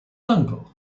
uncle